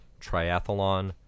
Triathlon